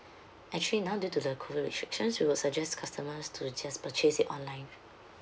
actually now due to the COVID restrictions we will suggest customers to just purchase it online